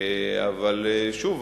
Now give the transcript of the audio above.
אבל שוב,